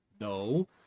no